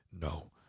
No